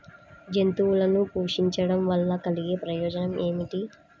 జంతువులను పోషించడం వల్ల కలిగే ప్రయోజనం ఏమిటీ?